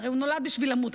הרי הוא נולד בשביל למות,